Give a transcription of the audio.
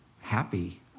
happy